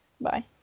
Bye